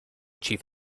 chief